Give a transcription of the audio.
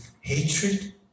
hatred